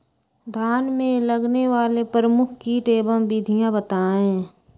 धान में लगने वाले प्रमुख कीट एवं विधियां बताएं?